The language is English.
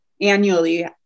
annually